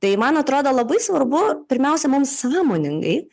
tai man atrodo labai svarbu pirmiausia mums savimoningai